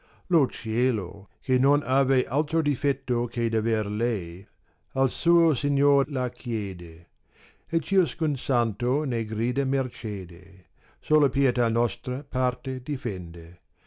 risplende lo cielo che non ave akro difetto che d aver lei al suo signor la chiede e ciascun santo ne grida mercede sola pietà nostra parte difende